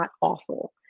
awful